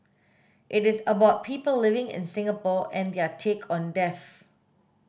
it is about people living in Singapore and their take on death